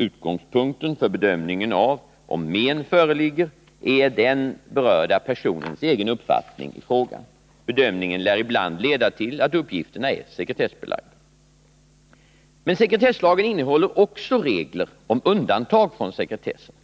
Utgångspunkten för bedömningen av om ”men” föreligger är den berörda personens egen uppfattning i frågan. Bedömningen lär ibland leda till att uppgifterna är sekretessbelagda. Men sekretesslagen innehåller också regler om undantag från sekretessen.